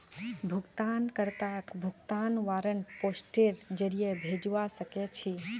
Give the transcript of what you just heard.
भुगतान कर्ताक भुगतान वारन्ट पोस्टेर जरीये भेजवा सके छी